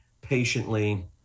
patiently